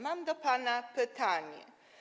Mam do pana pytanie.